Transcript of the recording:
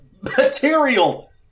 material